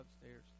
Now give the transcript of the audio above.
upstairs